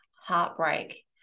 heartbreak